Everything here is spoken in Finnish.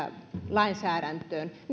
lainsäädäntöön